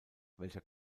welcher